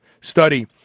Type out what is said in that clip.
study